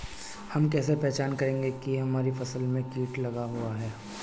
हम कैसे पहचान करेंगे की हमारी फसल में कीट लगा हुआ है?